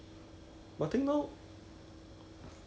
like what kind of cheese are you aller~ allergic to